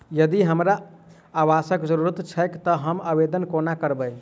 यदि हमरा आवासक जरुरत छैक तऽ हम आवेदन कोना करबै?